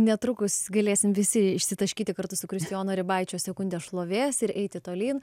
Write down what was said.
netrukus galėsim visi išsitaškyti kartu su kristijono ribaičio sekunde šlovės ir eiti tolyn